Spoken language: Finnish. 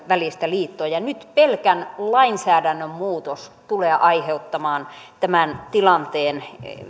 välistä liittoa ja nyt pelkän lainsäädännön muutos tulee aiheuttamaan tämän tilanteen